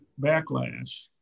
backlash